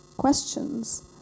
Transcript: questions